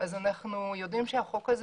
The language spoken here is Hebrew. אנחנו יודעים שהחוק הזה